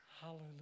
Hallelujah